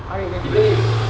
even if